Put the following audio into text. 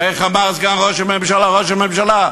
איך אמר סגן ראש הממשלה לראש הממשלה?